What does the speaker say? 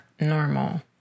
normal